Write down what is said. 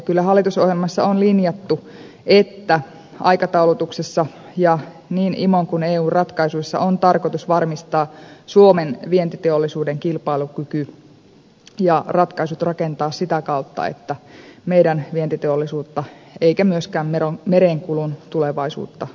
kyllä hallitusohjelmassa on linjattu että aikataulutuksessa ja niin imon kuin eun ratkaisuissa on tarkoitus varmistaa suomen vientiteollisuuden kilpailukyky ja ratkaisut rakentaa sitä kautta ettei meidän vientiteollisuutta eikä myöskään merenkulun tulevaisuutta tuhota